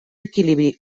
equilibri